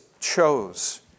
chose